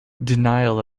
denial